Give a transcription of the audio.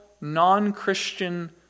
non-Christian